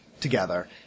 together